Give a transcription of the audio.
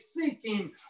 seeking